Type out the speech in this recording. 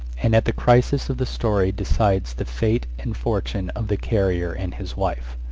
and at the crisis of the story decides the fate and fortune of the carrier and his wife.